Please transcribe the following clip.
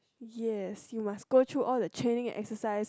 yes you must go through all the training exercise